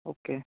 okay